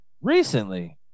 recently